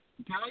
okay